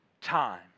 time